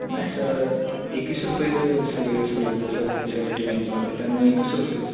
नाही सर एकवीस रुपयेच सगळी सर्वकडे सग सगळ्या ठिकाणी चालू आहे त्यामुळे एकवीस रुपयेच